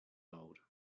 old